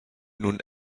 nun